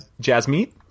Jasmine